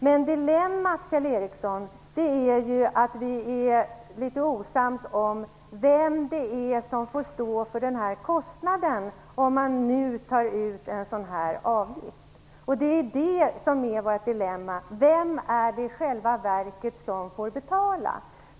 Men dilemmat Kjell Ericsson är ju att vi är litet osams om vem det är som skall stå för kostnaden, om man nu skall ta ut en avgift av den här typen. Det är det som är dilemmat. Vem är det som i själva verket får betala?